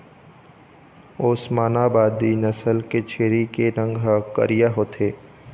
ओस्मानाबादी नसल के छेरी के रंग ह करिया होथे